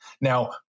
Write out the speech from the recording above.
Now